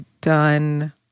done